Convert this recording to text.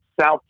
South